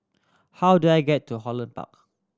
how do I get to Holland Park